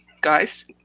guys